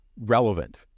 relevant